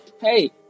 hey